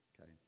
Okay